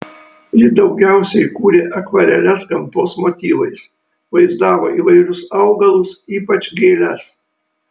ji daugiausiai kūrė akvareles gamtos motyvais vaizdavo įvairius augalus ypač gėles